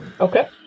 Okay